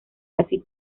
casi